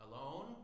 alone